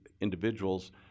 individuals